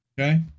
Okay